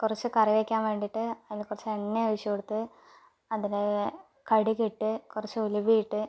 കുറച്ച് കറി വയ്ക്കാൻ വേണ്ടിയിട്ട് അതിൽ കുറച്ച് എണ്ണ ഒഴിച്ച് കൊടുത്ത് അതിലെ കടുക് ഇട്ട് കുറച്ച് ഉലുവ ഇട്ട്